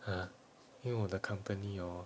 !huh! 因为我的 company hor